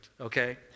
okay